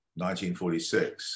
1946